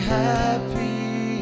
happy